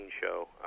show